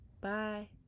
bye